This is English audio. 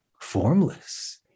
formless